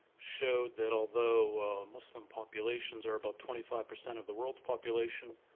showed that although muslim populations are about twenty five percent of the world's population,